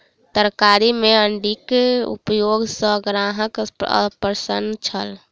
तरकारी में अण्डीक उपयोग सॅ ग्राहक अप्रसन्न छल